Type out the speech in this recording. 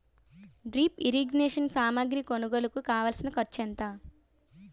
drip irrigation సామాగ్రి కొనుగోలుకు కావాల్సిన ఖర్చు ఎంత